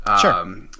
Sure